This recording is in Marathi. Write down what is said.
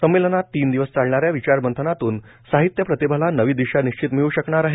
संमेलनात तीन दिवस चालणाऱ्या विचारमंथनातून साहित्यप्रतिभेला नवी दिशा निश्चित मिळ शकणार आहे